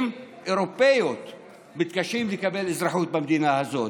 אירופיות מתקשים לקבל אזרחות במדינה הזאת.